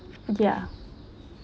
ya